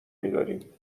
میداریم